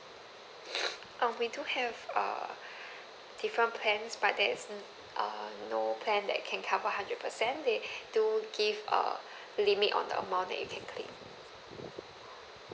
uh we do have uh different plans but there isn't err no plan that can cover hundred percent they do give a limit on the amount that you can claim